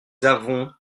avons